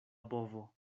bovo